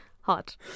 hot